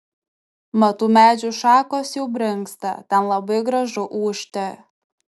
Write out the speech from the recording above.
mat tų medžių šakos jau brinksta ten labai gražu ūžti